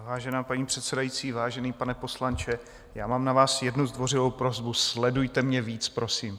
Vážená paní předsedající, vážený pane poslanče, mám na vás jednu zdvořilou prosbu, sledujte mě víc, prosím.